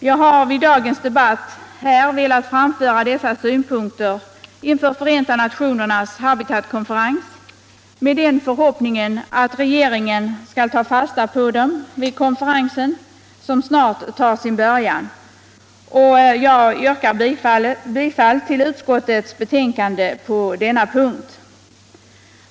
Jag har vid dagens debatt framfört dessa synpunkter inför Förenta nationernas HABITAT-konferens med den förhoppningen att regeringen skall ta fasta på dem vid konferensen. som snart tar sin början, och jag yrkar bifall till utskotiets hemställan på denna punkt.